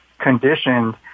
conditioned